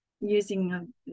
using